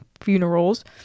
funerals